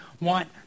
want